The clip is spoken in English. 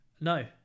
No